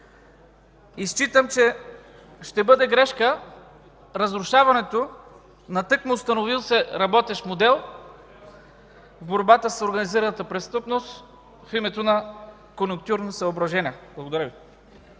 Считам, че ще бъде грешка разрушаването на тъкмо установил се работещ модел в борбата с организираната престъпност в името на конюнктурни съображения. Благодаря Ви.